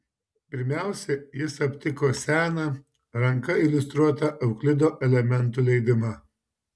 pirmiausia jis aptiko seną ranka iliustruotą euklido elementų leidimą